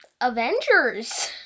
Avengers